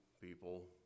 people